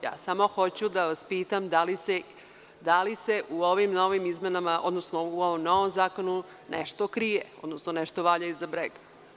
Ja samo hoću da vas pitam da li se u ovim novim izmenama, odnosno u ovom novom zakonu nešto krije, odnosno nešto valja iza brega.